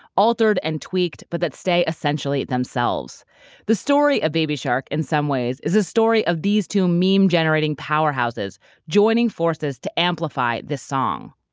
altered and tweaked, but that stay essentially themselves the story of baby shark, in some ways, is this story of these two meme-generating powerhouses joining forces to amplify this song.